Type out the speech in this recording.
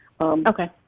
Okay